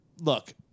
look